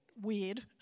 weird